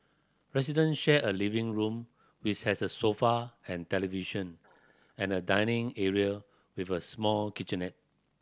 resident share a living room which has a sofa and television and a dining area with a small kitchenette